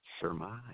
surmise